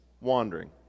Wandering